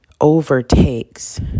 overtakes